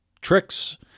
tricks